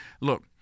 Look